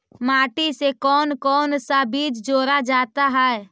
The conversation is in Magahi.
माटी से कौन कौन सा बीज जोड़ा जाता है?